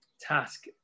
task